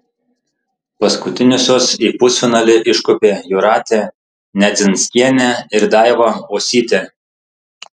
paskutiniosios į pusfinalį iškopė jūratė nedzinskienė ir daiva uosytė